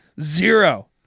Zero